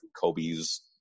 Kobe's